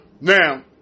Now